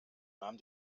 nahm